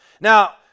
Now